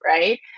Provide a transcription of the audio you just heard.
Right